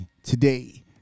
Today